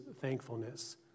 thankfulness